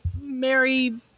Mary